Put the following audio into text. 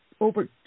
over